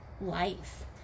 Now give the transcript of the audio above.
life